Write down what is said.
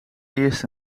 eerst